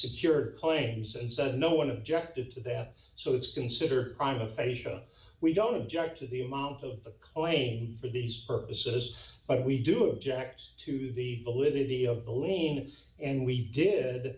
secure claims and said no one objected to that so it's consider on the facia we don't object to the amount of claim for these purposes but we do object to the validity of the lane and we did